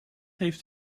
heeft